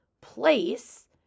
place